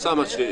אוסאמה,